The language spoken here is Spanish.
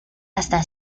hasta